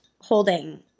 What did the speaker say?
holding